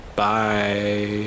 bye